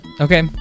Okay